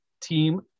team